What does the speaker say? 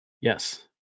Yes